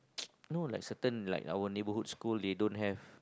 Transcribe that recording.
you know like certain like our neighbourhood school they don't have